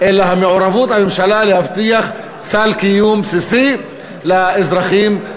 אלא מעורבות הממשלה להבטיח סל קיום בסיסי לאזרחים,